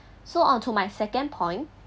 so onto my second point